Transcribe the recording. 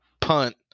punt